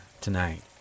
tonight